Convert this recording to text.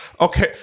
okay